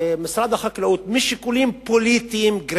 משרד החקלאות ופיתוח הכפר,